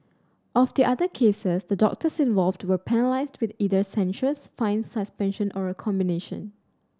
of the other cases the doctors involved were penalised with either censures fines suspension or a combination